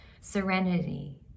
serenity